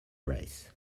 race